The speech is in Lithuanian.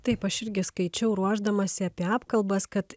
taip aš irgi skaičiau ruošdamasi apie apkalbas kad